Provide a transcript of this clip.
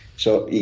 so you